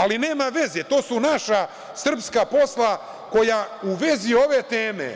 Ali, nema veze, to su naša srpska posla koja u vezi ove teme,